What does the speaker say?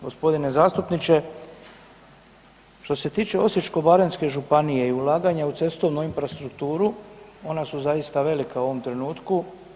G. zastupniče, što se tiče Osječko-baranjske županije i ulaganja u cestovnu infrastrukturu, ona su zaista velika u ovom trenutku.